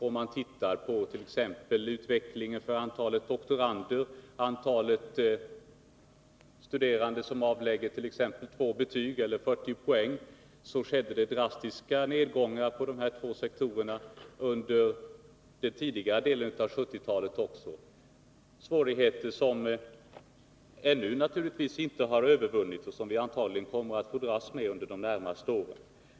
Om man ser på exempelvis utvecklingen av antalet doktorander och antalet studerande som avlägger två Besparingar i betyg eller 40 poäng, finner man drastiska nedgångar under den tidigare i ER ä | statsverksamheten, delen av 1970-talet. Svårigheterna har ännu inte övervunnits, och vi kommer m.m. antagligen att få dras med dem under de närmaste åren.